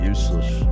Useless